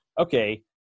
okay